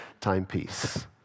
timepiece